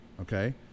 Okay